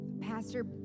pastor